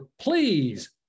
please